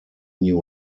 new